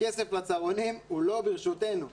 הכסף לצהרונים הוא לא ברשותנו,